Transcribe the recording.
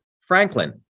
Franklin